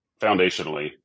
foundationally